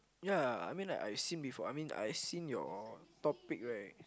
ya I mean like I've seen before I've seen your topic right